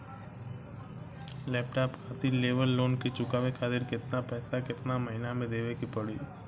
Laptop खातिर लेवल loan के चुकावे खातिर केतना पैसा केतना महिना मे देवे के पड़ी?